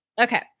Okay